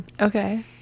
Okay